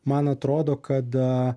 man atrodo kad